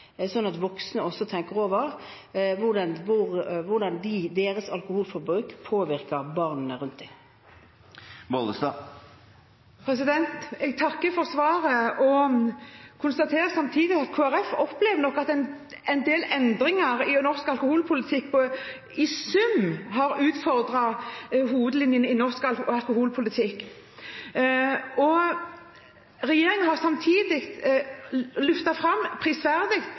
at voksne også tenker over hvordan deres alkoholforbruk påvirker barna rundt seg. Jeg takker for svaret, og konstaterer samtidig at Kristelig Folkeparti nok opplever at en del endringer i norsk alkoholpolitikk i sum har utfordret hovedlinjene i norsk alkoholpolitikk. Regjeringen har samtidig prisverdig løftet fram